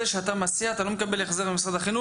שאתה מסיע אתה לא מקבל החזר ממשרד החינוך?